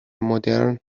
مدرن